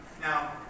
Now